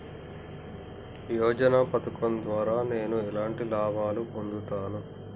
యోజన పథకం ద్వారా నేను ఎలాంటి లాభాలు పొందుతాను?